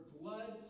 blood